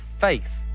faith